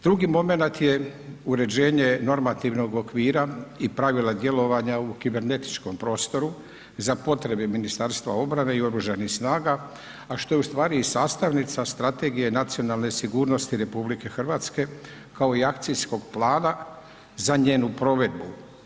Drugi momenat je uređenje normativnog okvira i pravila djelovanja u kibernetičkom prostoru za potrebe Ministarstva obrane i oružanih snaga, a što je u stvari i sastavnica strategije nacionalne sigurnosti RH kao i akcijskog plana za njenu provedbu.